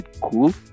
cool